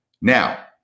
Now